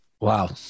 Wow